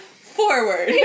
Forward